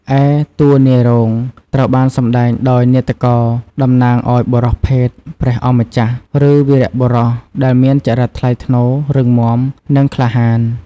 ឯ តួនាយរោងត្រូវបានសម្ដែងដោយនាដករ តំណាងឲ្យបុរសភេទ ព្រះអង្គម្ចាស់ ឬវីរបុរស ដែលមានចរិតថ្លៃថ្នូរ រឹងមាំ និងក្លាហាន។